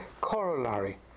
corollary